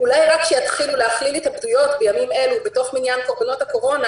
"אולי רק כשיתחילו להכליל התאבדויות בימים אלה בתוך מניין קורבנות הקורונה